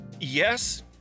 Yes